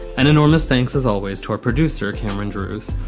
an enormous thanks as always to our producer, cameron drewes.